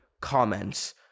comments